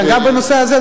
גם הנושא הזה,